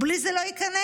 בלי זה הוא לא ייכנס.